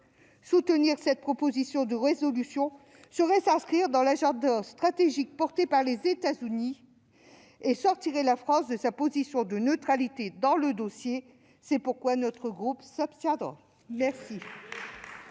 Soutenir cette proposition de résolution serait s'inscrire dans l'agenda stratégique porté par les États-Unis et sortirait la France de sa position de neutralité dans le dossier. C'est pourquoi notre groupe s'abstiendra. La